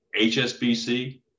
HSBC